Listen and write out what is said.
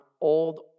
old